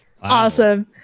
awesome